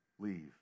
leave